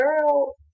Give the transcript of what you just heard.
Girl